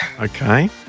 Okay